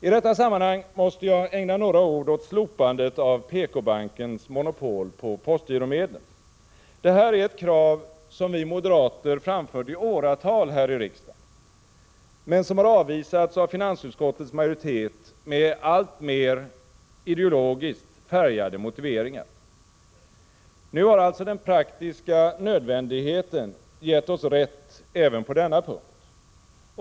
I detta sammanhang måste jag ägna några ord åt slopandet av PK-bankens monopol på postgiromedlen. Detta är ett krav som vi moderater framfört i åratal här i riksdagen men som har avvisats av finansutskottets majoritet med alltmer ideologiskt färgade motiveringar. Nu har alltså den praktiska nödvändigheten gett oss rätt även på denna punkt.